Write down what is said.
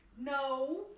No